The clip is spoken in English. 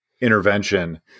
intervention